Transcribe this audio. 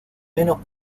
menos